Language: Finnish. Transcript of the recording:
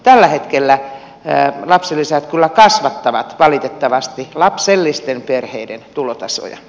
tällä hetkellä lapsilisät kyllä kasvattavat valitettavasti lapsellisten perheiden tulotasoja